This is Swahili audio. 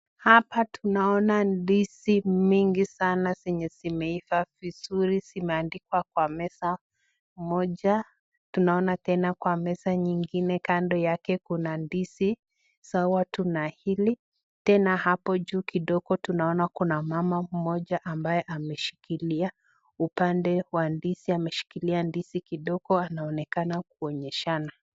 Hapa tunaona ndizi mingi sana zenye zimeiva vizuri zimeandikwa kwa meza moja. Tunaona tena kwa meza nyingine kando yake kuna ndizi sawa tu na hili tena hapo juu kidogo tunaona kuna mama mmoja ambae ameshikilia upande wa ndizi ameshikilia ndizi kidogo anaonekana kuonyeshana.